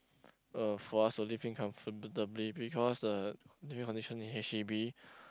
uh for us to living comfortably because the living condition in H_D_B